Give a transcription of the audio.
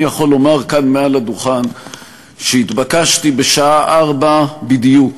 אני יכול לומר כאן מעל הדוכן שהתבקשתי בשעה 16:00 בדיוק